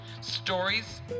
stories